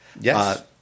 Yes